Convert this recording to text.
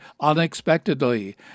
unexpectedly